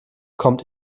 kommt